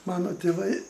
mano tėvai